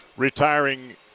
retiring